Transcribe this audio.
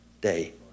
day